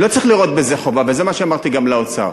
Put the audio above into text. לא צריך לראות בזה חובה, וזה מה שאמרתי גם לאוצר.